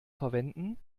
verwenden